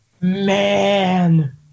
Man